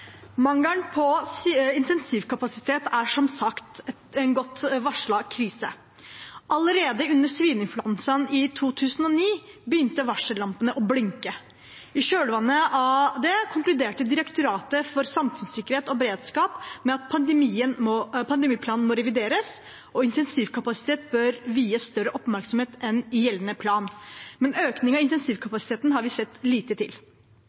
Mangelen på intensivkapasitet er som sagt en godt varslet krise. Allerede under svineinfluensaen i 2009 begynte varsellampene å blinke. I kjølvannet av det konkluderte Direktoratet for samfunnssikkerhet og beredskap med at pandemiplanen må revideres, og at intensivkapasitet bør vies større oppmerksomhet enn i gjeldende plan. Men økningen av intensivkapasiteten har vi sett lite til.